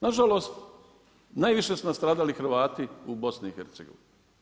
Nažalost, najviše su nastradali Hrvati u BiH-u.